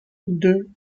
deux